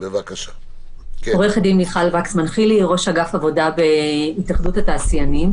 אני ראש אגף עבודה בהתאחדות התעשיינים.